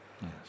Yes